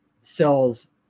sells